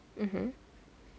mmhmm